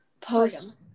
post